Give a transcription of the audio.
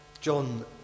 John